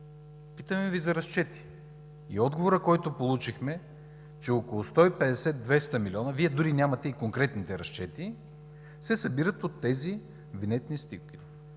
Питаме Ви за разчети и отговорът, който получихме, че около 150 – 200 милиона – Вие дори нямате и конкретните разчети – се събират от тези винетни стикери.